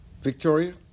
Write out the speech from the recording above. Victoria